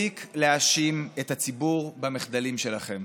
מספיק להאשים את הציבור במחדלים שלכם.